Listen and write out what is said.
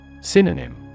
Synonym